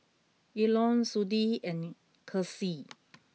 Elon Sudie and Kirstie